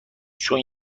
چون